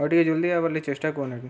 ଆଉ ଟିକେ ଜଲ୍ଦି ଆଇବାର ଲାଗି ଚେଷ୍ଟା କରୁନାହାନ୍ତି